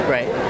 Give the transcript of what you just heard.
Right